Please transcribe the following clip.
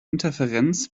interferenz